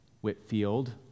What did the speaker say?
Whitfield